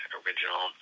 original